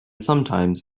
sometimes